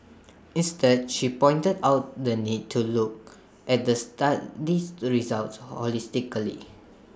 instead she pointed out the need to look at the study's results holistically